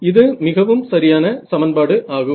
இது மிகவும் சரியான சமன்பாடு ஆகும்